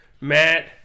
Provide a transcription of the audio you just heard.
Matt